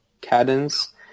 cadence